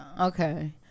Okay